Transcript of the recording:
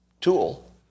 tool